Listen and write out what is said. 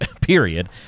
period